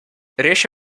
riesce